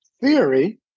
theory